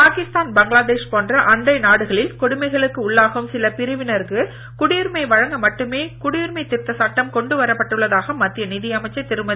பாகிஸ்தான் பங்களாதேஷ் போன்ற அண்டை நாடுகளில் கொடுமைகளுக்கு உள்ளாகும் சில பிரிவினருக்கு குடியுரிமை வழங்க மட்டுமே குடியுரிமை திருத்த சட்டம் கொண்டு வரப்பட்டுள்ளதாக மத்திய நிதி அமைச்சர் திருமதி